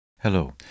Hello